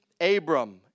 Abram